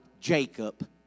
Jacob